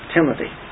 Timothy